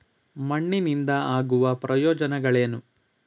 ಮಣ್ಣಿನಿಂದ ಆಗುವ ಪ್ರಯೋಜನಗಳೇನು?